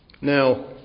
Now